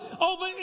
over